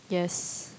yes